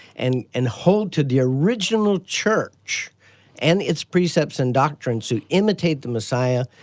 and and hold to the original church and its precepts and doctrines, who imitate the messiah,